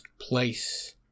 place